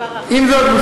עם זאת,